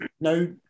no